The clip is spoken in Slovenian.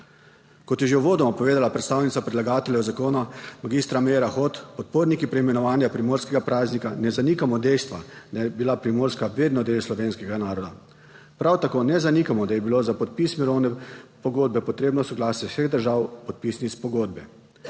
Kot je uvodoma povedala že predstavnica predlagateljev zakona mag. Meira Hot, podporniki preimenovanja primorskega praznika ne zanikamo dejstva, da je bila Primorska vedno del slovenskega naroda. Prav tako ne zanikamo, da je bilo za podpis mirovne pogodbe potrebno soglasje vseh držav podpisnic pogodbe.